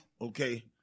okay